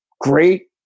great